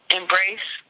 embrace